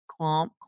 clomp